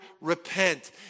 repent